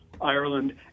Ireland